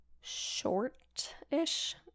short-ish